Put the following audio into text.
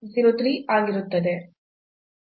01 03 ಆಗಿರುತ್ತದೆ